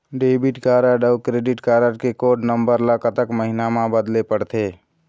Debit card अऊ credit card के code number ला कतक महीना मा बदले पड़थे?